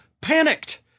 panicked